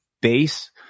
base